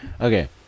Okay